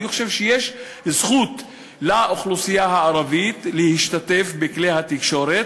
אני חושב שיש זכות לאוכלוסייה הערבית להשתתף בכלי התקשורת.